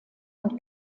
und